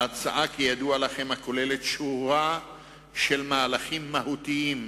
בהצעה, כידוע לכם, נכללים שורה של מהלכים מהותיים,